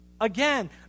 again